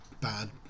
bad